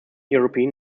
european